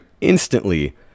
instantly